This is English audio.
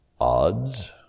odds